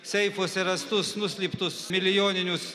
seifuose rastus nuslėptus milijoninius